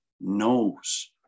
knows